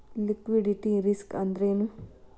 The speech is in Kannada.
ಲಿಕ್ವಿಡಿಟಿ ರಿಸ್ಕ್ ಅಂದ್ರೇನು?